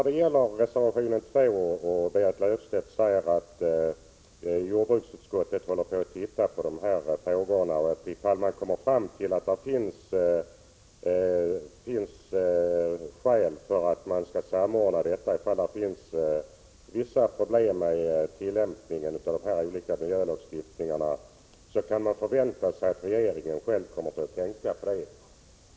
Beträffande reservation 2 säger Berit Löfstedt att jordbruksdepartementet bereder frågorna och att vi, ifall man kommer fram till att det finns skäl för en samordning med tanke på vissa problem med tillämpningen av de olika miljölagstiftningarna, kan förvänta oss att regeringen själv kommer att beakta detta.